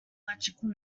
electrical